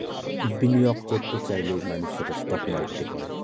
বিনিয়োগ করত চাইলে মানুষ সেটা স্টক মার্কেটে করে